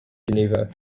geneva